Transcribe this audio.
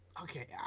okay